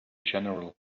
general